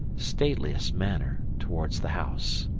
stateliest manner towards the house.